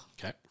Okay